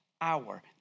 hour